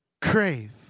Crave